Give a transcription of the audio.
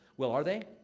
well, are they?